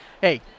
hey